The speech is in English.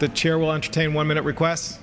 the chair will entertain one minute request